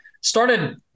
started